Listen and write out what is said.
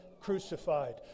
crucified